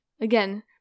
Again